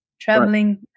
traveling